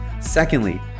Secondly